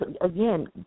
again